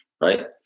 Right